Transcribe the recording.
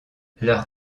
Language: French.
leur